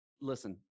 listen